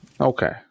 okay